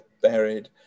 buried